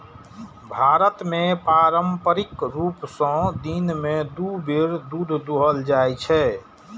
भारत मे पारंपरिक रूप सं दिन मे दू बेर दूध दुहल जाइ छै